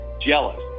jealous